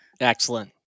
Excellent